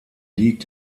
liegt